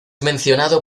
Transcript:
mencionado